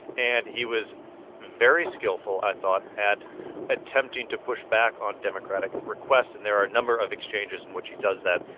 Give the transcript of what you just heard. and he was very skillful, i thought, at attempting to push back on democratic requests. and there are a number of exchanges in which he does that.